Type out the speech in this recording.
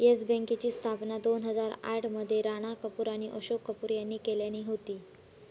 yes बँकेची स्थापना दोन हजार आठ मध्ये राणा कपूर आणि अशोक कपूर यांनी केल्यानी होती